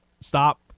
Stop